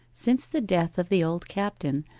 since the death of the old captain,